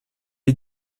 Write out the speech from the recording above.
est